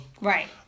Right